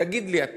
תגיד לי אתה